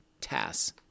TASS